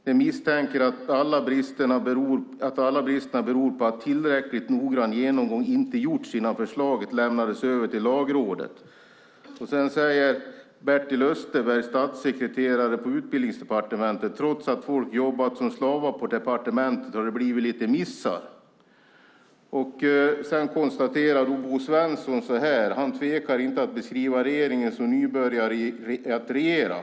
Vi misstänker att alla bristerna beror på att tillräckligt noggrann genomgång inte gjorts innan förslaget lämnades över till Lagrådet. Bertil Österberg, statssekreterare på Utbildningsdepartementet, säger: Trots att folk jobbat som slavar på departementet har det blivit lite missar. Bo Svensson tvekar inte att beskriva regeringen som nybörjare i att regera.